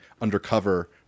undercover